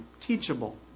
teachable